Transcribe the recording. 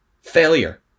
Failure